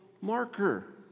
marker